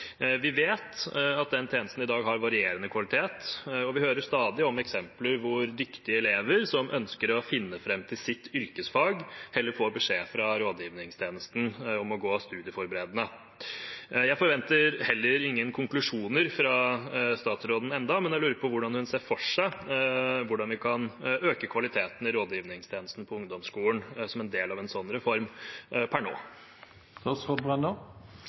Vi vet at den tjenesten i dag har varierende kvalitet, og vi hører stadig om eksempler hvor dyktige elever som ønsker å finne fram til sitt yrkesfag, heller får beskjed fra rådgivningstjenesten om å gå studieforberedende. Jeg forventer heller ingen konklusjoner fra statsråden ennå, men jeg lurer på hvordan hun ser for seg at vi kan øke kvaliteten i rådgivningstjenesten på ungdomsskolen som en del av en sånn reform per nå.